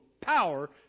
power